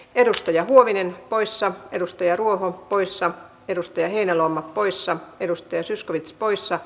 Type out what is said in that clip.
edustaja tuominen poissa edustaja ruohon porissa peruste heinäluoma poissa edusteisyys oli poissa